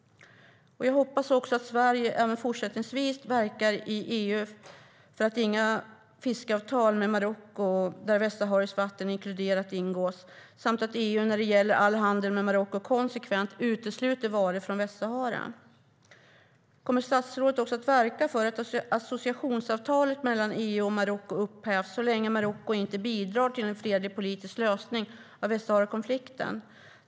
Jag hoppas att Sverige även fortsättningsvis ska verka i EU för att inga fiskeavtal som inkluderar västsahariska vatten ingås med Marocko samt att EU när det gäller all handel med Marocko konsekvent utesluter varor från Västsahara. Kommer statsrådet också att verka för att associationsavtalet mellan EU och Marocko upphävs så länge Marocko inte bidrar till en fredlig politisk lösning av Västsaharakonflikten?